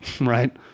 right